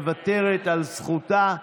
מוותרת על זכותה.